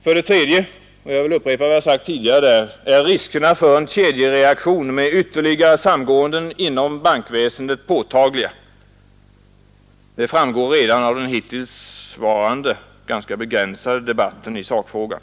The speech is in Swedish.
För det tredje — och jag vill upprepa vad jag sagt tidigare därvidlag — är riskerna för en kedjereaktion med ytterligare samgåenden inom bankväsendet påtagliga. Det framgår redan av den hittillsvarande ganska begränsade debatten i sakfrågan.